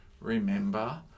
Remember